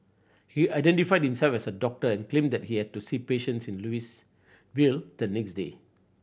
he identified himself as a doctor and claimed that he had to see patients in Louisville the next day